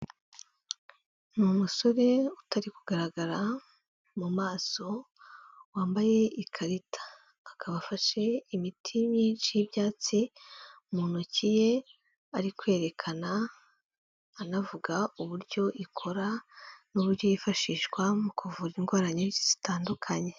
Ni umusore utari kugaragara mu maso, wambaye ikarita akaba afashe imiti myinshi y'ibyatsi mu ntoki ye, ari kwerekana anavuga uburyo ikora, n'uburyo yifashishwa mu kuvura indwara nyinshi zitandukanye.